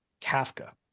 Kafka